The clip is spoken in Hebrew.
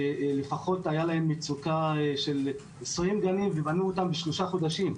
שלפחות הייתה להם מצוקה של 20 גנים והם נבנו בשלושה חודשים.